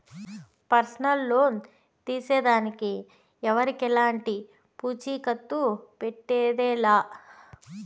personal loan తీసేదానికి ఎవరికెలంటి పూచీకత్తు పెట్టేదె లా